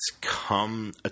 come